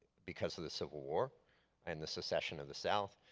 because of the civil war and the secession of the south.